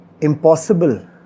impossible